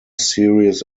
series